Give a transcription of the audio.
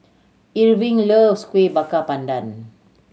Irving loves Kuih Bakar Pandan